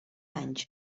anys